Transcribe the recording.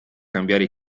cambiare